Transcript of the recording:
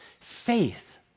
faith